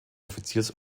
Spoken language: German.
offiziers